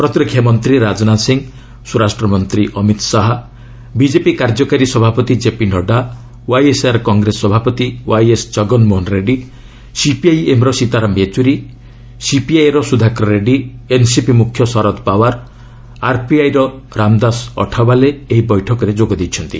ପ୍ରତିରକ୍ଷା ମନ୍ତ୍ରୀ ରାଜନାଥ ସିଂହ ସ୍ୱରାଷ୍ଟ୍ର ମନ୍ତ୍ରୀ ଅମିତ ଶାହା ବିଜେପି କାର୍ଯ୍ୟକାରୀ ସଭାପତି କେପି ନଡ୍ରା ୱାଇଏସ୍ଆର୍ କଂଗ୍ରେସ ସଭାପତି ୱାଇଏସ୍ କଗନମୋହନ ରେଡ୍ଜୀ ସିପିଆଇଏମ୍ ର ସୀତାରାମ ୟେଚୁରୀ ସିପିଆଇ ର ସୁଧାକର ରେଡ୍ରୀ ଏନ୍ସିପି ମୁଖ୍ୟ ଶରଦ୍ ପାୱାର ଆର୍ପିଆଇ ର ରାମଦାସ ଅଠାୱାଲେ ଏହି ବୈଠକରେ ଯୋଗ ଦେଇଛନ୍ତି